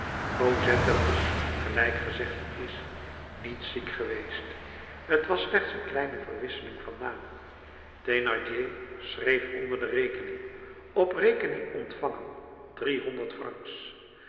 cosette was gelijk gezegd is niet ziek geweest t was slechts een kleine verwisseling van naam thénardier schreef onder de rekening op rekening ontvangen driehonderd francs